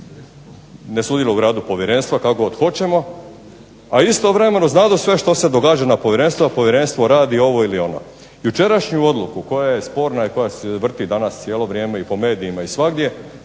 ne sudjeluje u radu povjerenstva kako god hoćemo, a istovremeno znadu sve što se događa na povjerenstvima, povjerenstvo radi ovo ili ono. Jučerašnju odluku koja je sporna i koja se vrti danas cijelo vrijeme i po medijima i svagdje,